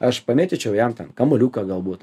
aš pamėtyčiau jam ten kamuoliuką galbūt